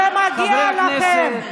זה מגיע לכם.